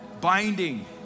binding